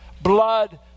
blood